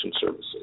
services